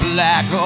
Black